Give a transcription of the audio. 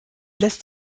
lässt